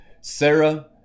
Sarah